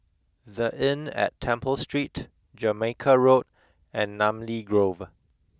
the Inn at Temple Street Jamaica Road and Namly Grove